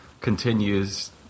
continues